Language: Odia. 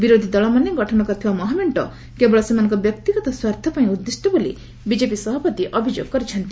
ବିରୋଧୀ ଦଳମାନେ ଗଠନ କରିଥିବା ମହା ମେଣ୍ଟ କେବଳ ସେମାନଙ୍କ ବ୍ୟକ୍ତିଗତ ସ୍ୱାର୍ଥ ପାଇଁ ଉଦ୍ଦିଷ୍ଟ ବୋଲି ବିଜେପି ସଭାପତି ଅଭିଯୋଗ କରିଛନ୍ତି